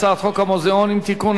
הצעת חוק המוזיאונים (תיקון,